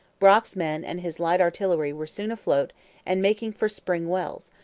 brock's men and his light artillery were soon afloat and making for spring wells,